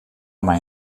mei